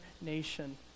nation